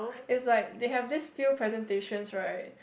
is like they have this few presentations right